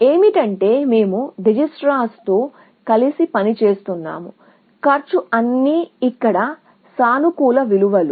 ఎందుకంటే మేము డిజికిస్ట్రాతో కలిసి పని చేస్తున్నాము అన్నీ కాస్ట్లు ఇక్కడ సానుకూల విలువలు